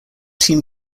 team